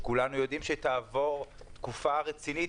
כשכולנו יודעים שתעבור תקופה רצינית